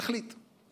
תחליט.